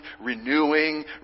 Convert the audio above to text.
renewing